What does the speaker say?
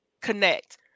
Connect